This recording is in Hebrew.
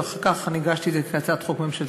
ואחר כך אני הגשתי את זה כהצעת חוק ממשלתית,